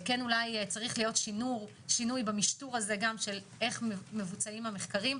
כן אולי צריך להיות שינוי במשטור של איך מבוצעים המחקרים.